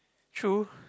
true